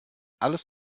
alles